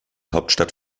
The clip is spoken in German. hauptstadt